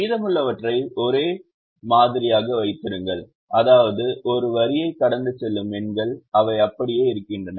மீதமுள்ளவற்றை ஒரே மாதிரியாக வைத்திருங்கள் அதாவது ஒரு வரியைக் கடந்து செல்லும் எண்கள் அவை அப்படியே இருக்கின்றன